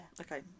Okay